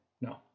No